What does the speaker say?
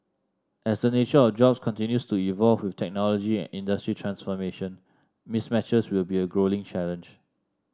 as the nature of jobs continues to evolve with technology and industry transformation mismatches will be a growing challenge